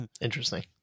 interesting